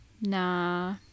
Nah